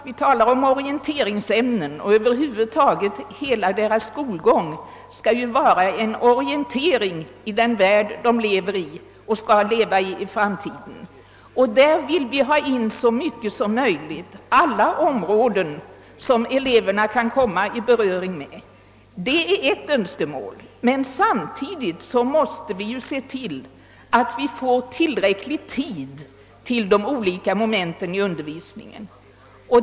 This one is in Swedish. Vi talar om orienteringsämnen, och över huvud taget skall hela skolgången vara en orientering i den värld som eleverna lever i. Vi vill försöka få med alla områden som de kan komma i beröring med; det är ett önskemål. Men samtidigt måste vi se till att få tillräckligt med tid för de olika momenten i undervisningen.